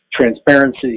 transparency